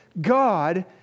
God